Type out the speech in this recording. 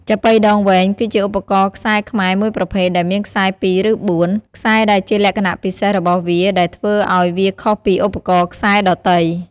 ចាប៉ីដងវែងគឺជាឧបករណ៍ខ្សែខ្មែរមួយប្រភេទដែលមានខ្សែ២ ឬ ៤ ខ្សែដែលជាលក្ខណៈពិសេសរបស់វាដែលធ្វើឲ្យវាខុសពីឧបករណ៍ខ្សែដទៃ។